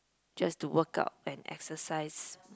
just to workout and exercise